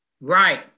Right